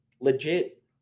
legit